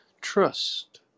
trust